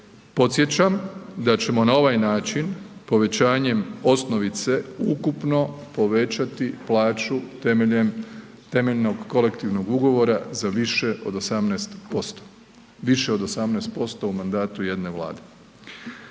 Podsjećam da ćemo na ovaj način povećanjem osnovice ukupno povećati plaću temeljem temeljnog kolektivnog ugovora za više od 18%, više od 18% u mandatu jedne vlade.